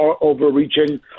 overreaching